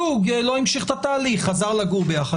זוג לא המשיך את התהליך וחזר לגור ביחד,